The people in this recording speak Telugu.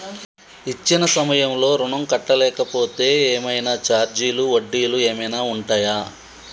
ఇచ్చిన సమయంలో ఋణం కట్టలేకపోతే ఏమైనా ఛార్జీలు వడ్డీలు ఏమైనా ఉంటయా?